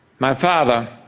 my father,